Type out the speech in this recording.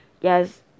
yes